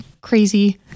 crazy